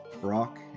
Brock